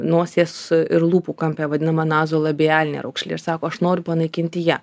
nosies ir lūpų kampe vadinama nazolabialine raukšle ir sako aš noriu panaikinti ją